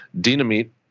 dynamite